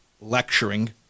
lecturing